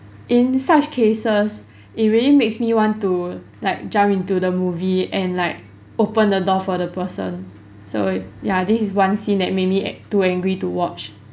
in such cases it really makes me want to like jump into the movie and like open the door for the person so ya this is one scene that made me an~ too angry to watch